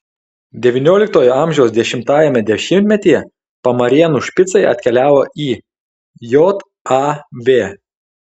devynioliktojo amžiaus dešimtajame dešimtmetyje pamarėnų špicai atkeliavo į jav